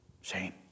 shame